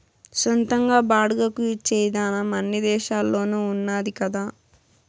సొంతంగా బాడుగకు ఇచ్చే ఇదానం అన్ని దేశాల్లోనూ ఉన్నాది కదా